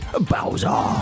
Bowser